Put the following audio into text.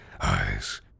Eyes